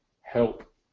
help